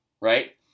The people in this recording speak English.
right